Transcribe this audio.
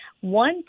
One